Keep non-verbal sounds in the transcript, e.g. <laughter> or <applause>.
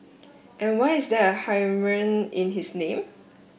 and why is there a <unintelligible> in his name